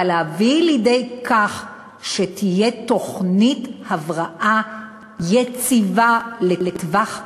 אבל להביא לידי כך שתהיה תוכנית הבראה יציבה לטווח ארוך,